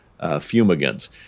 fumigants